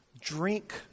Drink